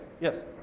Yes